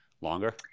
longer